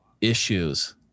issues